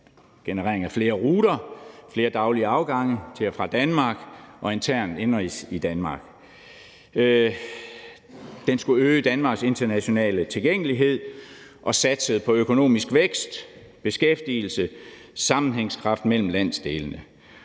generering af flere ruter og flere daglige afgange til og fra Danmark og internt indenrigs i Danmark. Den skulle øge Danmarks internationale tilgængelighed, og der blev satset på økonomisk vækst, beskæftigelse og sammenhængskraft mellem landsdelene.